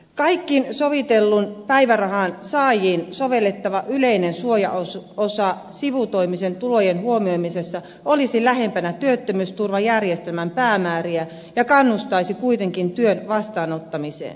kaikkiin sovitellun päivärahan saajiin sovellettava yleinen suojaosa sivutoimisen tulojen huomioimisessa olisi lähempänä työttömyysturvajärjestelmän päämääriä ja kannustaisi kuitenkin työn vastaanottamiseen